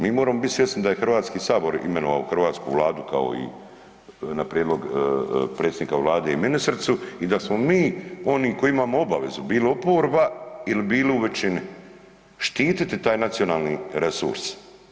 Mi moramo biti svjesni da je Hrvatski sabor imenovao hrvatsku Vladu kao i na prijedlog predsjednika Vlade i ministricu i da smo mi oni koji imamo obavezu bili oporba ili bili u većini štititi taj nacionalni resurs.